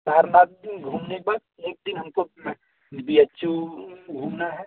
सारनाथ भी घूमने को एक दिन हमको बी एच यू घूमना है